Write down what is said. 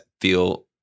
feel